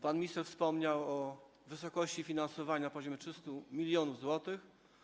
Pan minister wspomniał o wysokości finansowania na poziomie 300 mln zł.